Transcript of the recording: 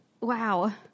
Wow